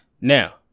Now